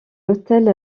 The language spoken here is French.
hôtel